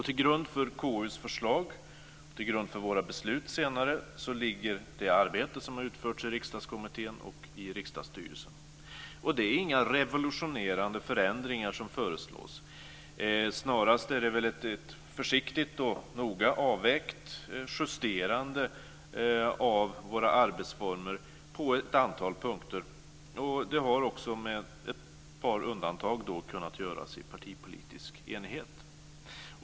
Till grund för KU:s förslag, och för våra beslut senare, ligger det arbete som har utförts i Riksdagskommittén och i Riksdagsstyrelsen. Det är inga revolutionerande förändringar som föreslås. Snarast är det väl ett försiktigt och noga avvägt justerande av våra arbetsformer på ett antal punkter. Det har också med ett par undantag kunnat göras i partipolitisk enighet.